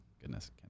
Goodness